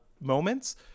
moments